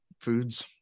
foods